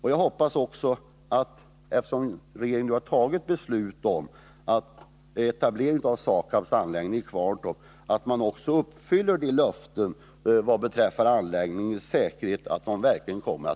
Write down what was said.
Jag hoppas att regeringen, eftersom den nu har fattat ett beslut om att lokalisera SAKAB-anläggningen i Kvarntorpsområdet, också verkligen lever upp till de utfästelser om anläggningens säkerhet som den gjort.